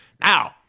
Now